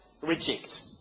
reject